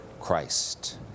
Christ